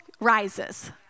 rises